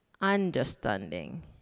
understanding